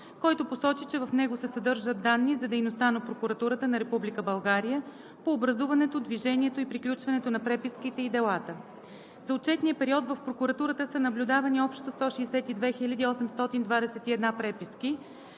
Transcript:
който посочи, че в него се съдържат данни за дейността на Прокуратурата на Република България (Прокуратурата) по образуването, движението и приключването на преписките и делата. За отчетния период в прокуратурата са наблюдавани общо 162 821 преписки,